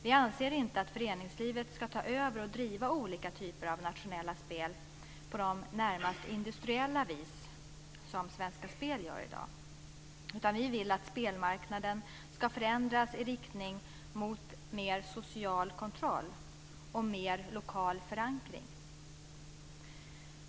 Vi anser inte att föreningslivet ska ta över och driva olika typer av nationella spel på det närmast industriella vis som Svenska Spel gör i dag. Vi vill att spelmarknaden ska förändras i riktning mot mer social kontroll och mer lokal förankring.